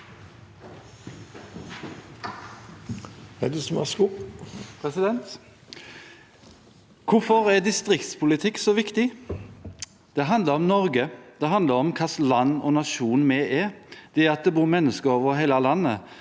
Hvorfor er dist- riktspolitikk så viktig? Det handler om Norge, det handler om hva slags land og nasjon vi er. Det at det bor mennesker over hele landet,